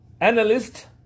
analyst